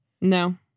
No